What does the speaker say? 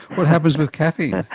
what happens with caffeine?